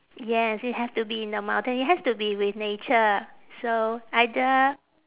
yes it has to be in the mountain it has to be with nature so either